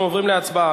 אנחנו עוברים להצבעה.